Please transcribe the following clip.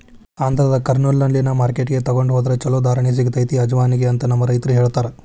ಆಂಧ್ರದ ಕರ್ನೂಲ್ನಲ್ಲಿನ ಮಾರ್ಕೆಟ್ಗೆ ತೊಗೊಂಡ ಹೊದ್ರ ಚಲೋ ಧಾರಣೆ ಸಿಗತೈತಿ ಅಜವಾನಿಗೆ ಅಂತ ನಮ್ಮ ರೈತರು ಹೇಳತಾರ